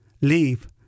Leave